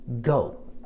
go